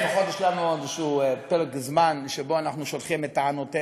לפחות יש לנו עוד איזה פרק זמן שבו אנחנו שוטחים את טענותינו.